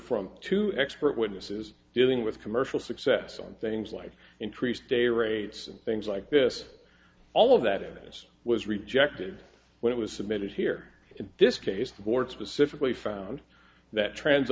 from two expert witnesses dealing with commercial success on things like increased day rates and things like this all of that evidence was rejected when it was submitted here in this case the board specifically found that trans